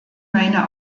meine